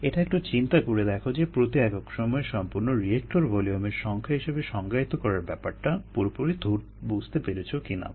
এটা একটু চিন্তা করে দেখো যে প্রতি একক সময়ে সম্পন্ন রিয়েক্টর ভলিওম এর সংখ্যা হিসেবে সংজ্ঞায়িত করার ব্যাপারটা পুরোপুরি বুঝতে পেরেছো কিনা